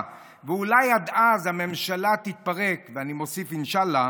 ואולי עד אז הממשלה תתפרק" ואני מוסיף: אינשאללה,